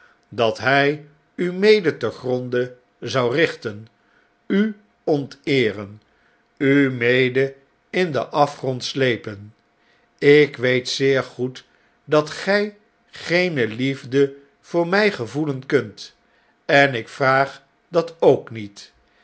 dat hjj u mede te gronde zou richten u onteeren u mede in den afgrond slepen ik weet zeer goed dat gij geene liefde voor mij gevoelen kunt en ik vraag dat ook niet